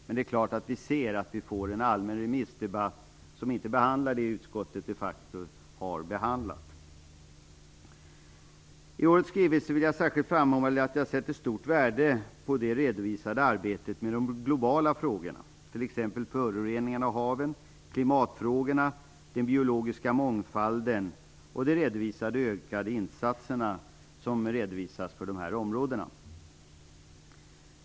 Men det klart att vi ser att vi får en allmän remissdebatt som inte behandlar det som utskottet de facto har behandlat. Vad gäller årets skrivelse vill jag särskilt framhålla att jag sätter stort värde på det redovisade arbetet med de globala frågorna, t.ex. föroreningarna av haven, klimatfrågorna, den biologiska mångfalden och de ökade insatserna som redovisas för de här områdena.